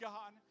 God